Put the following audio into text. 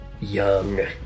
young